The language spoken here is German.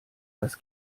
das